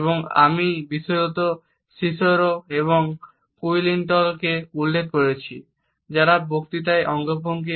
এবং আমি বিশেষত সিসেরো এবং কুইন্টিলিয়নকে উল্লেখ করেছি